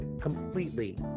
completely